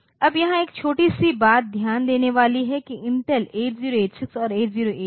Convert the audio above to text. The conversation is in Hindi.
अब यहाँ एक छोटी सी बात ध्यान देने वाली है कि इंटेल 8086 और 8088